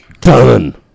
Done